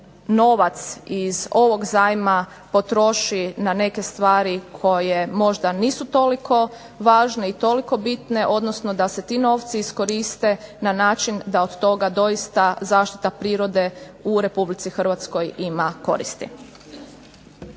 novac iz ovog zajma potroši na neke stvari koje možda nisu toliko važne i toliko bitne, odnosno da se ti novci iskoriste na način da od toga doista zaštita prirode u Republici Hrvatskoj ima koristi.